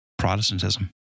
protestantism